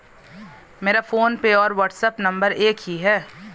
मेरा फोनपे और WhatsApp number एक ही है